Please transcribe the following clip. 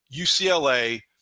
UCLA